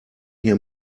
hier